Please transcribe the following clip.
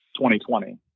2020